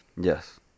Yes